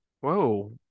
whoa